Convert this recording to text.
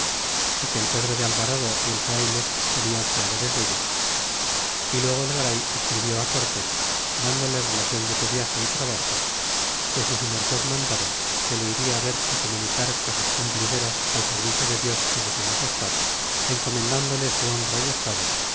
y que el pedro de alvarado y el frayle serian fiadores dello y luego el garay escribió á cortés dándole relacion de su viage y trabajos que si su merced mandaba que le iria á ver y comunicar cosas cumplideras al servicio de dios y de su magestad encomendándole su honra y estado